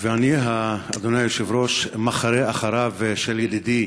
ואני, אדוני היושב-ראש, מחרה מחזיק אחרי ידידי